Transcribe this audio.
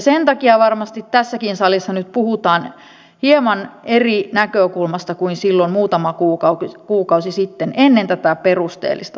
sen takia varmasti tässäkin salissa nyt puhutaan hieman eri näkökulmasta kuin silloin muutama kuukausi sitten ennen tätä perusteellista selvitystä